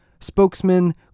spokesman